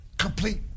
complete